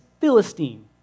Philistine